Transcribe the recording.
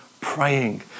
praying